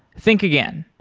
think again.